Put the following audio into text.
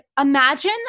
imagine